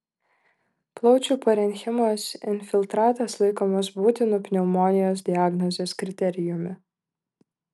plaučių parenchimos infiltratas laikomas būtinu pneumonijos diagnozės kriterijumi